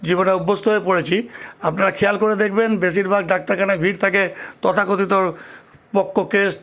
জীবনে অভ্যস্থ হয়ে পড়েছি আপনারা খেয়াল করে দেখবেন বেশিরভাগ ডাক্তারখানায় ভিড় থাকে তথাকথিত কেস